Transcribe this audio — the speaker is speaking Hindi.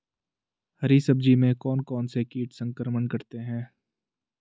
हरी सब्जी में कौन कौन से कीट संक्रमण करते हैं?